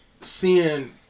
seeing